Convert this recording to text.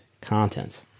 content